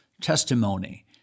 testimony